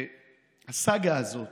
והסאגה הזאת,